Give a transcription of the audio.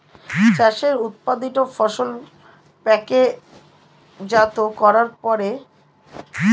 চাষের উৎপাদিত ফসল প্যাকেটজাত করার পরে ই কমার্সের সাথে যোগাযোগ স্থাপন করব কি করে?